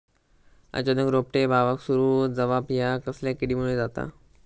अचानक रोपटे बावाक सुरू जवाप हया कसल्या किडीमुळे जाता?